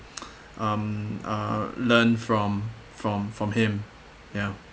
um uh learn from from from him ya